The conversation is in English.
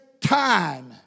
time